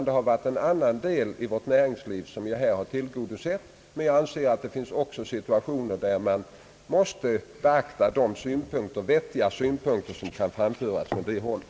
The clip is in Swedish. Det har varit en annan del av vårt näringsliv, som jag här har gått till mötes. Jag anser att det också finns situationer, där man måste beakta de vettiga synpunkter som kan framföras från det hållet.